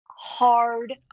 Hard